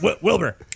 Wilbur